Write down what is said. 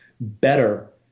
better